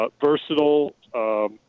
Versatile